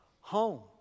home